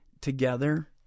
together